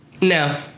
No